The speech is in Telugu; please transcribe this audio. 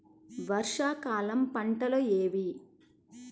వర్షాకాలం పంటలు ఏవి?